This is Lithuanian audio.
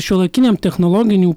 šiuolaikinėm technologinių